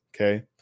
okay